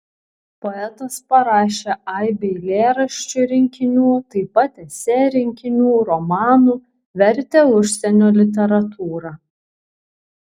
poetas parašė aibę eilėraščių rinkinių taip pat esė rinkinių romanų vertė užsienio literatūrą